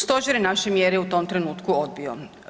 Stožer je naše mjere u tom trenutku odbio.